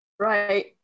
Right